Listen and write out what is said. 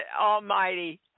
almighty